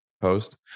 post